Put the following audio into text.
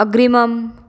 अग्रिमम्